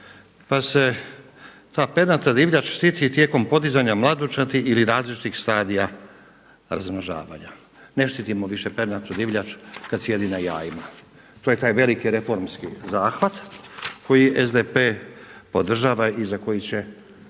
pa se ta pernata divljač štiti tijekom podizanja mladunčadi ili različitih stadija razmnožavanja. Ne štitimo više pernatu divljač kad sjedi na jajima. To je taj veliki reformski zahvat koji SDP podržava i za koji će